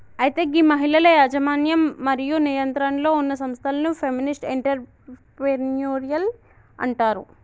అయితే గీ మహిళల యజమన్యం మరియు నియంత్రణలో ఉన్న సంస్థలను ఫెమినిస్ట్ ఎంటర్ప్రెన్యూరిల్ అంటారు